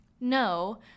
No